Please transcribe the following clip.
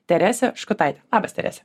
terese škutaite labas terese